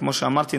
כמו שאמרתי,